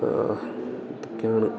ഇതൊക്കെയാണ്